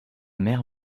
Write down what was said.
mère